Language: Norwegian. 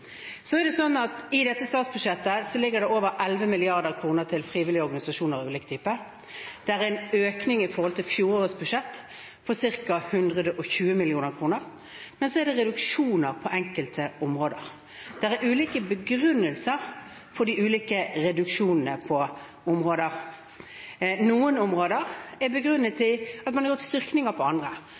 I dette statsbudsjettet ligger det over 11 mrd. kr til frivillige organisasjoner av ulike typer. Det er en økning i forhold til fjorårets budsjett på ca. 120 mill. kr. Men så er det reduksjoner på enkelte områder. Det er ulike begrunnelser for de ulike reduksjonene. Noen områder er begrunnet i at man har